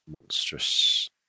monstrous